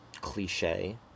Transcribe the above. cliche